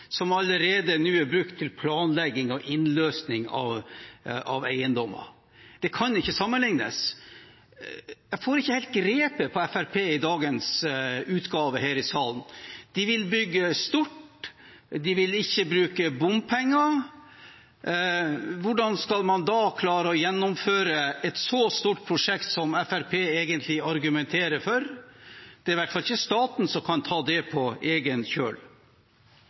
som allerede nå er brukt til planlegging og innløsning av eiendommer. Det kan ikke sammenlignes. Jeg får ikke helt grepet på Fremskrittspartiet i dagens utgave her i salen. De vil bygge stort. De vil ikke bruke bompenger. Hvordan skal man da klare å gjennomføre et så stort prosjekt som Fremskrittspartiet egentlig argumenterer for? Det er i hvert fall ikke staten som kan ta det på egen